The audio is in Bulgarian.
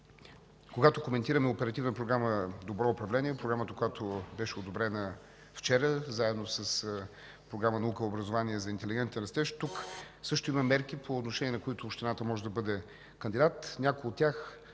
когато коментираме Оперативна програма „Добро управление” – програмата, която беше одобрена вчера, заедно с Програма „Наука и образование за интелигентен растеж”, тук също има мерки, по отношение на които общината може да бъде кандидат.